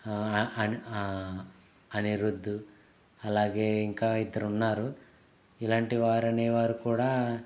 అని అనిరుధ్ అలాగే ఇంకా ఇద్దరు ఉన్నారు ఇలాంటి వారేనవారు కూడా